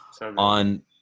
on